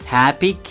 Happy